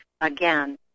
again